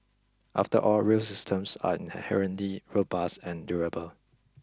after all rail systems are inherently robust and durable